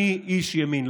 אני איש ימין.